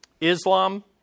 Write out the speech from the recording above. Islam